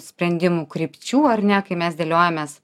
sprendimų krypčių ar ne kai mes dėliojamės